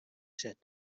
set